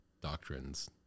doctrines